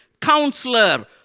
Counselor